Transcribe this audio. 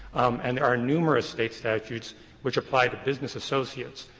and are numerous state statutes which apply to business associates.